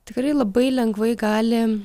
tikrai labai lengvai gali